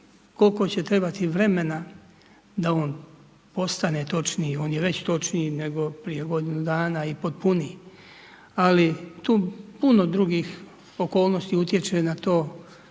koliko će trebati vremena da on postane točniji. On je već točniji nego prije godinu dana i potpuniji. Ali tu puno drugih okolnosti utječe na to